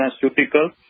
pharmaceutical